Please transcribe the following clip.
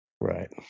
Right